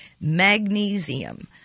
Magnesium